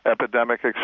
epidemic